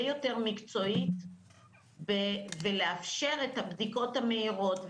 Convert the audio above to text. יותר מקצועית ולאפשר את הבדיקות המהירות,